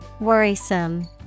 Worrisome